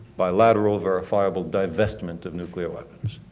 bilateral, verifiable divestment of nuclear weapons.